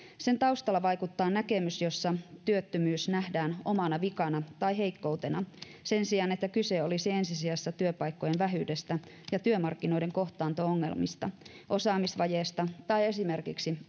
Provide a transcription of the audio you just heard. sen taustalla vaikuttaa näkemys jossa työttömyys nähdään omana vikana tai heikkoutena sen sijaan että kyse olisi ensi sijassa työpaikkojen vähyydestä ja työmarkkinoiden kohtaanto ongelmista osaamisvajeesta tai esimerkiksi